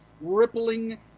rippling